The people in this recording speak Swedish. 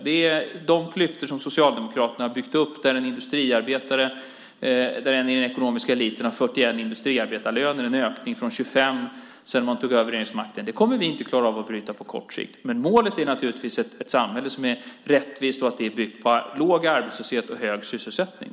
De klyftor som Socialdemokraterna har byggt upp, där den ekonomiska eliten har 41 industriarbetarlöner, vilket är en ökning från 25 sedan man tog över regeringsmakten, kommer vi inte att klara av att minska på kort sikt. Men målet är ett samhälle som är rättvist och byggt på låg arbetslöshet och hög sysselsättning.